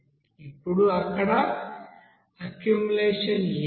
ఇప్పుడు అక్కడ అక్యుములేషన్ ఏమిటి